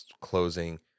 closing